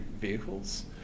vehicles